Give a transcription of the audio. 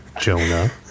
Jonah